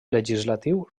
legislatiu